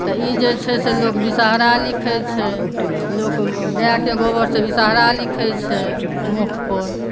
तऽ ई जे छै से लोक विषहरा लिखै छै लोक गायके गोबरस विषहरा लिखै छै मुख पर